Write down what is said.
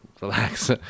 relax